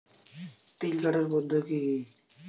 তিল কাটার পদ্ধতি কি কি?